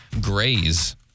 graze